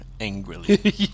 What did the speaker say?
angrily